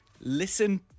listen